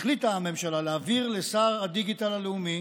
החליטה הממשלה להעביר לשר הדיגיטל הלאומי